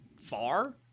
far